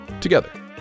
together